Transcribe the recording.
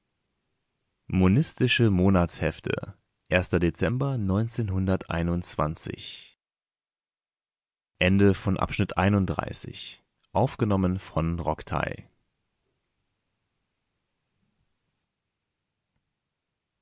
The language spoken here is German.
monistische monatshefte dezember